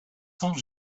cents